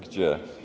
Gdzie?